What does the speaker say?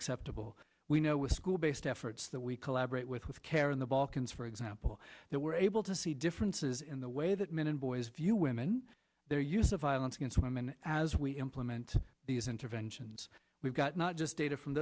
acceptable we know with school based efforts that we collaborate with with care in the balkans for example that we're able to see differences in the way that men and boys view women their use of violence against women as we implement these interventions we've got not just data from